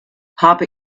habe